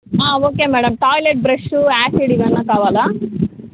okay madam toilet brush acid ఇవన్నా కావాలా